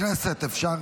חברי הכנסת, אפשר?